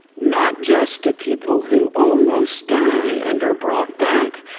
not just to people who almost die and are brought back,